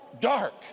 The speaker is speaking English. dark